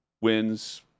wins